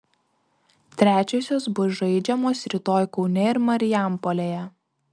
trečiosios bus žaidžiamos rytoj kaune ir marijampolėje